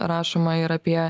rašoma ir apie